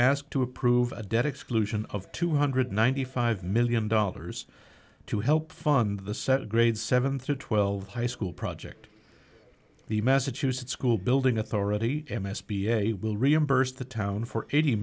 asked to approve a debt exclusion of two hundred and ninety five million dollars to help fund the set of grades seven through twelve high school project the massachusetts school building authority m s p a will reimburse the town for eighty